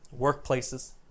workplaces